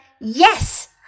yes